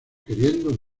queriendo